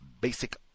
basic